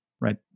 right